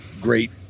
Great